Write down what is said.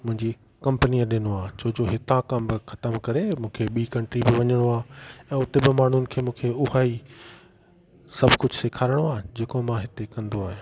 मुंहज़ी कंपनीअ ॾिनो आ छोजो हितां कमु ख़तमु करे मूंखे ॿी कंट्री बि वञिणो आहे ऐं हुते बि माण्हुनि खे मूंखे उहा ई सभु कुझु सेखारिणो आहे जेको मां हिते कंदो आहियां